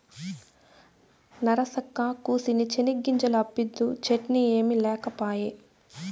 నరసక్కా, కూసిన్ని చెనిగ్గింజలు అప్పిద్దూ, చట్నీ ఏమి లేకపాయే